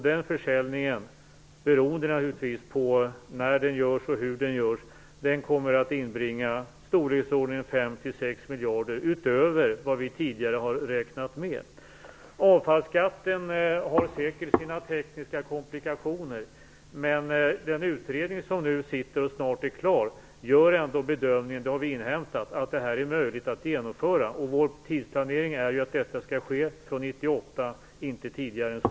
Den försäljningen - naturligtvis beroende på när den görs och hur den görs - kommer att inbringa storleksordningen 5-6 miljarder utöver vad vi tidigare har räknat med. Avfallsskatten har säkert sina tekniska komplikationer. Men den utredning som nu pågår och som snart är klar gör ändå bedömningen, det har vi inhämtat, att det här är möjligt att genomföra. Vår tidsplanering är att detta skall ske från 1998, inte tidigare än så.